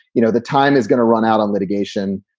you know, the time is going to run out on litigation.